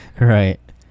right